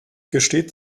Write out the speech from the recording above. gesteht